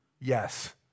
yes